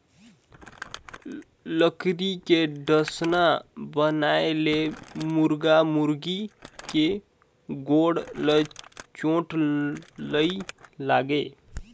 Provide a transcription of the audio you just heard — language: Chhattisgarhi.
लकरी के डसना बनाए ले मुरगा मुरगी के गोड़ ल चोट नइ लागे